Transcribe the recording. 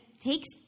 takes